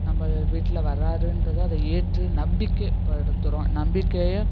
நம்ம வீட்டில் வர்றாருன்றதை அதை ஏற்று நம்பிக்கைப்படுத்துறோம் நம்பிக்கையை